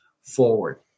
forward